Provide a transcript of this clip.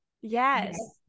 Yes